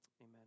Amen